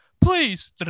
please